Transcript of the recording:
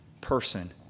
person